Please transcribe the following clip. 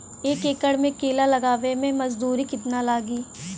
एक एकड़ में केला लगावे में मजदूरी कितना लागी?